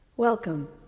Welcome